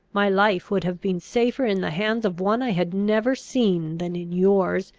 my life would have been safer in the hands of one i had never seen than in yours,